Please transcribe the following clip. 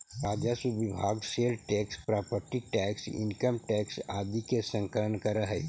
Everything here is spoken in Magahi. राजस्व विभाग sale tax property tax income tax आदि के संकलन करऽ हई